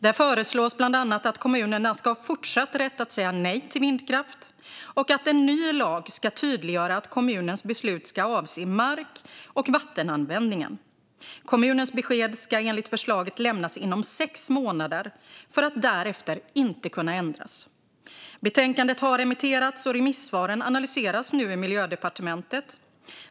Där föreslås bland annat att kommunerna fortsatt ska ha rätt att säga nej till vindkraftverk och att en ny lag ska tydliggöra att kommunens beslut ska avse mark och vattenanvändningen. Kommunens besked ska enligt förslaget lämnas inom sex månader för att därefter inte kunna ändras. Betänkandet har remitterats, och remissvaren analyseras nu i Miljödepartementet.